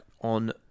on